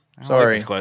Sorry